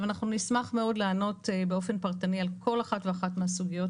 אנחנו נשמח מאוד לענות באופן פרטני על כל אחת ואחת מהסוגיות